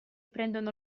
prendono